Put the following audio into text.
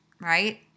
right